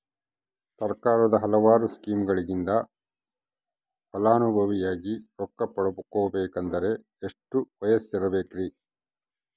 ಸರ್ಕಾರದ ಹಲವಾರು ಸ್ಕೇಮುಗಳಿಂದ ಫಲಾನುಭವಿಯಾಗಿ ರೊಕ್ಕ ಪಡಕೊಬೇಕಂದರೆ ಎಷ್ಟು ವಯಸ್ಸಿರಬೇಕ್ರಿ?